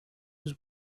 was